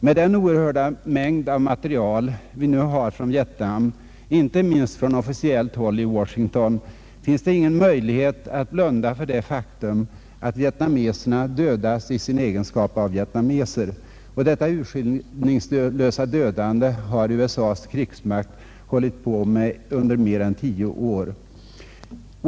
Med den oerhörda mängd material vi nu har om Vietnam, inte minst från officiellt håll i Washington, finns det ingen möjlighet att blunda för det faktum att vietnameserna dödas i sin egenskap av vietnameser. Detta urskillningslösa dödande har USA:s krigsmakt hållit på med under mer än tio år.